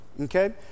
okay